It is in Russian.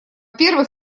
первых